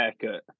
haircut